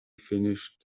finished